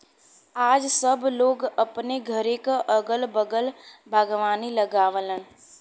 आज सब लोग अपने घरे क अगल बगल बागवानी लगावलन